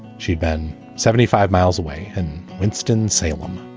she'd been seventy five miles away in winston salem.